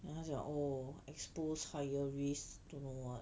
then 她讲 oh expose higher risk don't know what